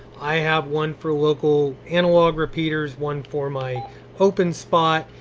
i have one for local analog repeaters, one for my openspot,